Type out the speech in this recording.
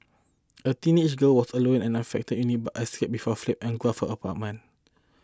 a teenage girl was alone in the affected unit but escaped before flame engulfed her apartment